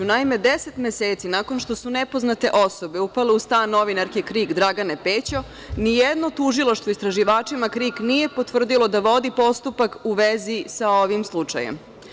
Naime, deset meseci nakon što su nepoznate osobe upale u stan novinarke „Krik“ Dragane Pećo, nijedno tužilaštvo istraživačima „Krik“ nije potvrdilo da vodi postupak u vezi sa ovim slučajem.